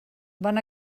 van